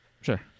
Sure